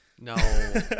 No